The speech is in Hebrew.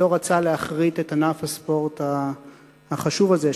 שלא רצה להכרית את ענף הספורט החשוב הזה,